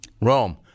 Rome